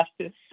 justice